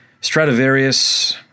Stradivarius